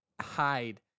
hide